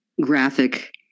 graphic